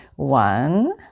One